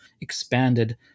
expanded